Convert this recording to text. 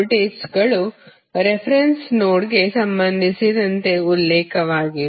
ವೋಲ್ಟೇಜ್ಗಳು ರೆಫರೆನ್ಸ್ ನೋಡ್ಗೆ ಸಂಬಂಧಿಸಿದಂತೆ ಉಲ್ಲೇಖವಾಗಿವೆ